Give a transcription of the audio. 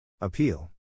Appeal